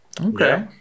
Okay